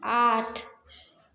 आठ